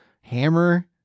hammer